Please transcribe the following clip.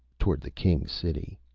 toward the king city.